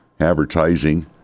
advertising